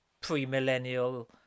pre-millennial